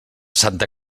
santa